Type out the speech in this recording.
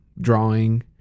drawing